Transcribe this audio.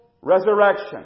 resurrection